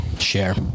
Share